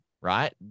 right